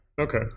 Okay